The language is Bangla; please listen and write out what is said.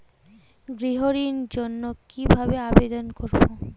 গৃহ ঋণ জন্য কি ভাবে আবেদন করব?